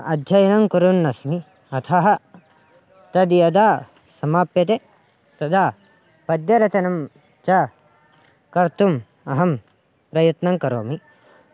अध्ययनङ्कुर्वन्नस्मि अतः तद् यदा समाप्यते तदा पद्यरचनां च कर्तुम् अहं प्रयत्नङ्करोमि